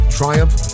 triumph